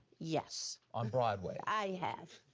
yes. on broadway? i have.